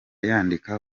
yandika